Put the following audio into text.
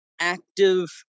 active